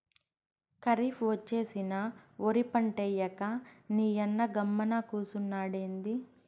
కరీఫ్ ఒచ్చేసినా ఒరి పంటేయ్యక నీయన్న గమ్మున కూసున్నాడెంది